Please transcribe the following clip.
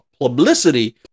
publicity